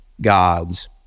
God's